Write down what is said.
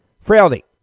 frailty